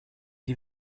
die